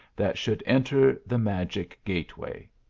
that should enter the magic gateway.